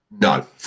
no